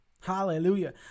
Hallelujah